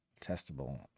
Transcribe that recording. testable